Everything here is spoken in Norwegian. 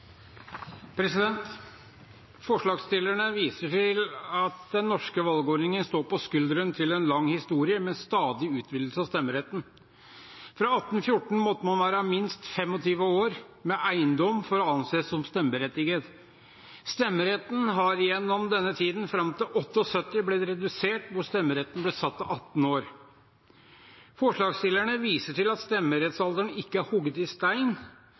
stadig utvidelse av stemmeretten. Fra 1814 måtte man være minst 25 år og ha eiendom for å anses som stemmeberettiget. Stemmeretten har gjennom denne tiden – fram til 1978 – blitt redusert og satt til 18 år. Forslagsstillerne viser til at stemmerettsalderen ikke er hogget i stein.